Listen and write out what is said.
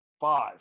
five